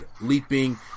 leaping